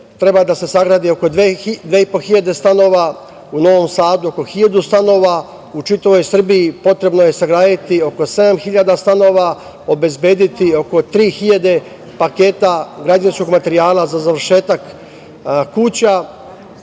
treba da se sagradi oko 2.500 stanova, u Novom Sadu oko 1.000 stanova, u čitavoj Srbiji potrebno je sagraditi oko 7.000 stanova, obezbediti oko 3.000 paketa građevinskog materijala za završetak kuća